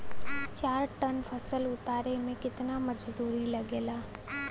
चार टन फसल उतारे में कितना मजदूरी लागेला?